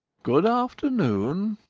good afternoon,